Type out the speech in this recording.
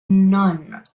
none